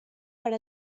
per